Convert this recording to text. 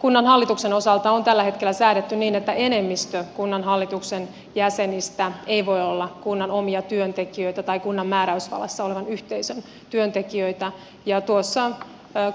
kunnanhallituksen osalta on tällä hetkellä säädetty niin että enemmistö kunnanhallituksen jäsenistä ei voi olla kunnan omia työntekijöitä tai kunnan mää räysvallassa olevan yhteisön työntekijöitä ja tuossa